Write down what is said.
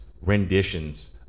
renditions